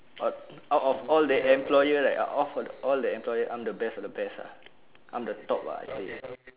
of out of all the employer like out of all the employer I'm the best of the best ah I'm the top ah actually